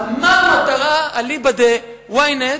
מה המטרה, אליבא ד-Ynet,